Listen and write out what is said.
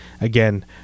Again